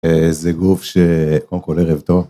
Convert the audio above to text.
זה גוף שקודם כל ערב טוב